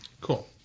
Cool